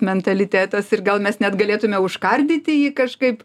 mentalitetas ir gal mes net galėtume užkardyti jį kažkaip